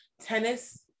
tennis